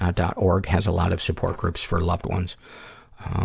and ah. org has a lot of support groups for loved ones.